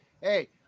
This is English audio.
hey